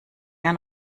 jahr